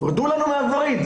רדו לנו מהווריד.